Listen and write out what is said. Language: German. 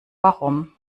warum